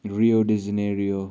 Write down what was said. Rio de Janeiro